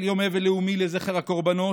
על יום אבל לאומי לזכר הקורבנות.